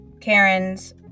Karen's